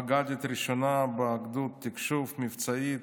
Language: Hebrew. מג"דית ראשונה בגדוד תקשוב מבצעי,